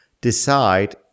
decide